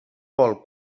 vol